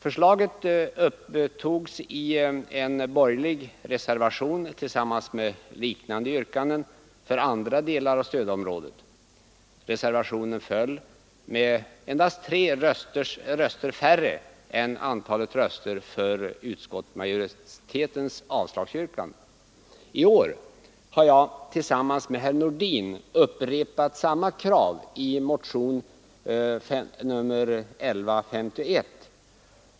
Förslaget upptogs i en borgerlig reservation tillsammans med liknande yrkanden för andra delar I år har jag tillsammans med herr Nordin upprepat kravet i motionen 1151.